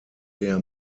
der